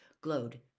glowed